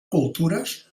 cultures